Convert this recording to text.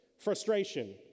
Frustration